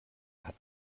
hat